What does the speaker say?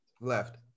Left